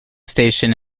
station